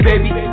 Baby